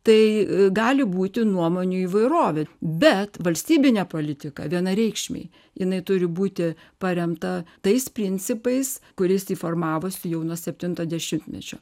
tai gali būti nuomonių įvairovė bet valstybinė politika vienareikšmiai jinai turi būti paremta tais principais kuris formavosi jau nuo septinto dešimtmečio